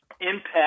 impact